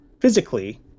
physically